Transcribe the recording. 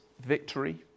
victory